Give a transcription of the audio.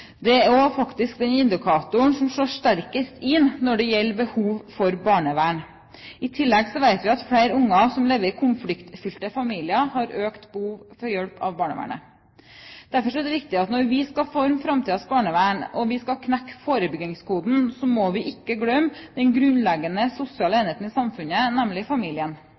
Det er også den indikatoren som slår sterkest inn når det gjelder behov for barnevern. I tillegg vet vi at flere unger som lever i konfliktfylte familier, har økt behov for hjelp av barnevernet. Derfor er det viktig at når vi skal forme framtidens barnevern og skal knekke forebyggingskoden, må vi ikke glemme den grunnleggende sosiale enheten i samfunnet, nemlig familien.